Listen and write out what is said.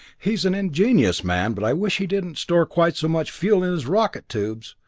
he's an ingenious man, but i wish he didn't store quite so much fuel in his rocket tubes!